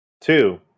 Two